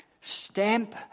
stamp